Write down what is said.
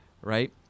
right